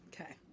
Okay